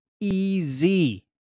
easy